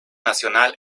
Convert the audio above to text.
nacional